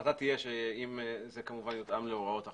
ההחלטה תהיה שזה כמובן יותאם להוראות החוק.